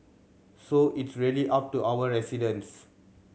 so it's really up to our residents